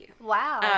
Wow